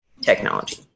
technology